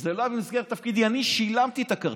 שלא שילמת את זה.